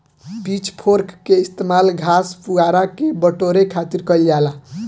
pitch fork के इस्तेमाल घास, पुआरा के बटोरे खातिर कईल जाला